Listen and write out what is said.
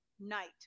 night